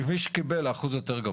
מי שקיבל זה אחוז יותר גבוה.